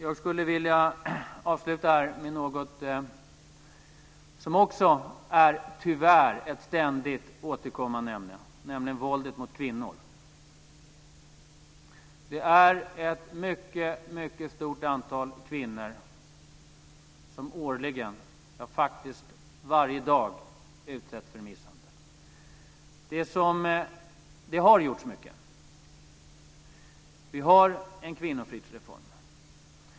Jag skulle vilja avsluta med något som också tyvärr är ett ständigt återkommande ämne, nämligen våldet mot kvinnor. Det är ett mycket stort antal kvinnor som årligen, ja faktiskt varje dag, utsätts för misshandel. Det har gjorts mycket. Vi har en kvinnofridsreform.